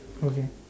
okay